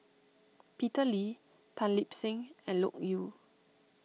Peter Lee Tan Lip Seng and Loke Yew